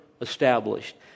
established